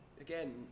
again